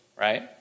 right